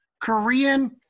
Korean